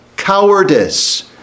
cowardice